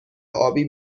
آبی